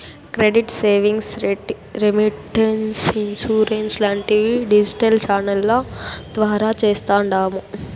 credit savings, remittance, insurance లాంటివి digital ఛానెల్ల ద్వారా చేస్తాండాము